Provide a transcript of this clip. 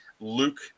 Luke